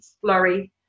flurry